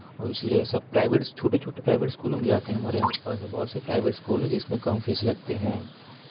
और इसीलिए सब प्राइवेट्स छोटे छोटे प्राइवेट स्कूलों में जाते हैं हमारे यहाँ ऐसे बहुत से प्राइवेट स्कूल है जिसमें कम फ़ीस लगते हैं